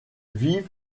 vivent